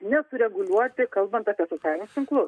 nesureguliuoti kalbant apie socialinius tinklus